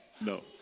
No